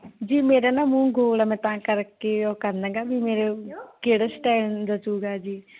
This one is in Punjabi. ਜੀ ਮੇਰਾ ਨਾ ਮੂੰਹ ਗੋਲ ਆ ਮੈਂ ਤਾਂ ਕਰਕੇ ਉਹ ਕਰਨਾ ਗਾ ਵੀ ਮੇਰੇ ਕਿਹੜਾ ਸਟਾਇਲ ਜਚੁਗਾ ਜੀ